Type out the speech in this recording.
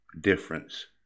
difference